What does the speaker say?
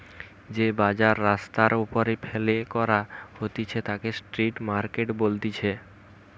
যে বাজার রাস্তার ওপরে ফেলে করা হতিছে তাকে স্ট্রিট মার্কেট বলতিছে